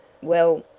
well,